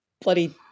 bloody